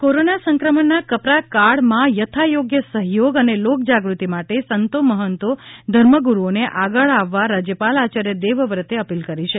રાજ્યપાલ શ્રી કોરોના સંક્રમણના કપરાકાળમાં યથાયોગ્ય સહયોગ અને લોકજાગૃતિ માટે સંતો મહંતો ધર્મગુરુઓને આગળ આવવા રાજ્યપાલ આયાર્ય દેવવ્રતે અપીલ કરી છે